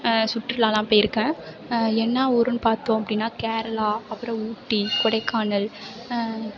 சுற்றுலாயெலாம் போயிருக்கேன் என்ன ஊரென்னு பார்த்தோம் அப்படினா கேரளா அப்புறம் ஊட்டி கொடைக்கானல்